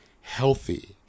healthy